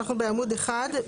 אנחנו בעמוד 1,